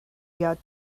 got